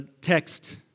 text